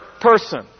person